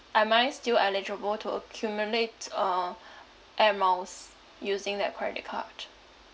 am I still eligible to accumulate uh air miles using that credit card